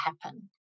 happen